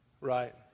Right